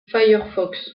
firefox